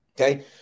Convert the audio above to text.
Okay